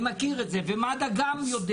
אני מכיר את זה ומד"א גם יודע,